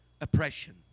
oppression